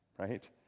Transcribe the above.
right